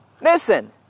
Listen